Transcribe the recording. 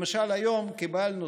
למשל היום קיבלנו,